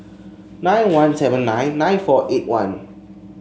nine one seven nine nine four eight one